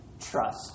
trust